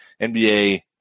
NBA